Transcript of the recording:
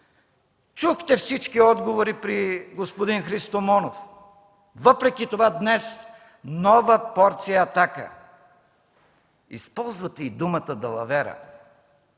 Чухте всички отговори при господин Христо Монов. Въпреки това, днес нова порция атака. Използвате и думата „далавера”.